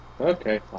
Okay